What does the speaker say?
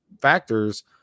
factors